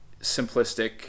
simplistic